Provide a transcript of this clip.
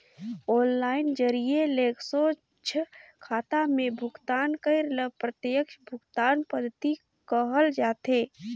online जरिए ले सोझ खाता में भुगतान करई ल प्रत्यक्छ भुगतान पद्धति कहल जाथे